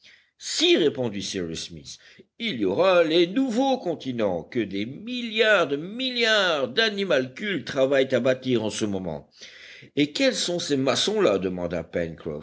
si répondit cyrus smith il y aura les nouveaux continents que des milliards de milliards d'animalcules travaillent à bâtir en ce moment et quels sont ces maçons là demanda